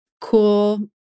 cool